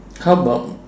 how about